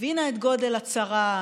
הבינה את גודל הצרה,